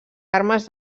armes